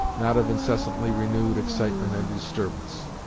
not of incessantly renewed excitement and disturbance.